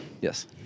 Yes